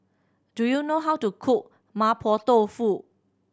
do you know how to cook Mapo Tofu